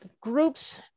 groups